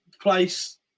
place